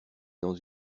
dans